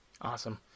Awesome